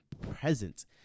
present